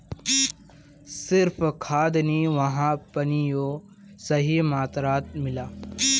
सिर्फ खाद नी वहात पानियों सही मात्रात मिला